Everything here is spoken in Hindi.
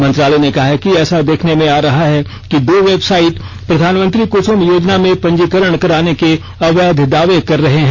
मंत्रालय ने कहा है कि ऐसा देखने में आ रहा है कि दो वेबसाइंट प्रधानमंत्री कुसुम योजना में पंजीकरण कराने के अवैध दावे कर रहे हैं